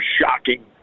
shocking